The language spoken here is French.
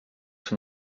son